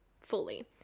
fully